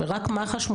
במח"ש.